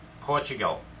Portugal